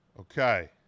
Okay